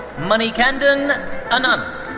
manikandan ananth.